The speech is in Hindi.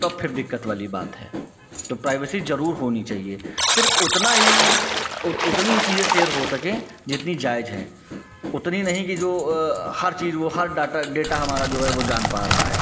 तब फिर दिक्कत वाली बात है तो प्राइवेसी ज़रूर होनी चाहिए सिर्फ़ उतना ही उ उतनी ही चीज़ें शेयर हो सकें जितनी जायज़ हैं उतनी नहीं कि जो हर चीज़ वह हर डाटा डेटा हमारा वह जान पा रहा है